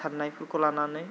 साननायफोरखौ लानानै